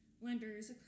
lenders